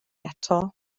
eto